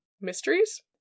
mysteries